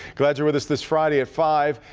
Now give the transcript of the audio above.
glad you're with us this friday at five